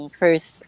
first